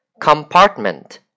Compartment